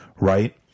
Right